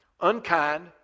unkind